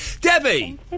Debbie